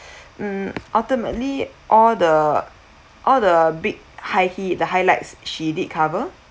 um ultimately all the all the big high he~ the highlights she did cover